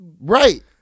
Right